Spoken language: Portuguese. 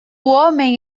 homem